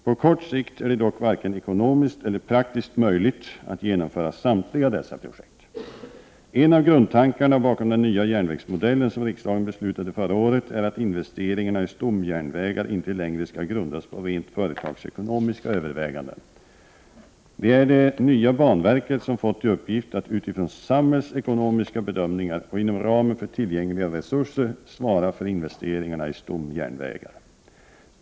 På kort sikt är det dock varken ekonomiskt eller praktiskt möjligt att genomföra samtliga dessa projekt. En av grundtankarna bakom den nya järnvägsmodell som riksdagen beslutade förra året är att investeringarna i stomjärnvägar inte längre skall grundas på rent företagsekonomiska överväganden. Det är det nya banverket som fått till uppgift att utifrån samhällsekonomiska bedömningar och inom ramen för tillgängliga resurser svara för investeringarna i stomjärnvägar.